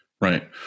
Right